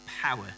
power